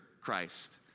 Christ